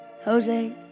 Jose